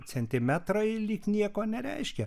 centimetrai lyg nieko nereiškia